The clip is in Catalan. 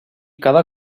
cada